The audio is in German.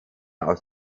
aus